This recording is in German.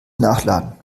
nachladen